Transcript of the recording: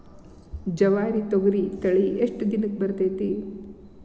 ಜವಾರಿ ತೊಗರಿ ತಳಿ ಎಷ್ಟ ದಿನಕ್ಕ ಬರತೈತ್ರಿ?